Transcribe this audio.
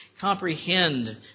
comprehend